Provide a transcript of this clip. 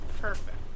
Perfect